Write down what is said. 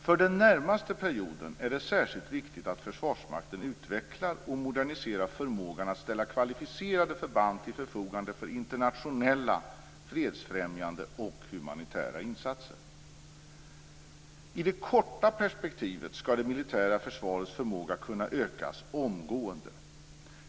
För den närmaste perioden är det särskilt viktig att Försvarsmakten utvecklar och moderniserar förmågan att ställa kvalificerade förband till förfogande för internationella fredsfrämjande och humanitära insatser. I det korta perspektivet skall det militära försvarets förmåga kunna ökas omgående.